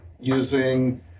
using